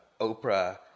Oprah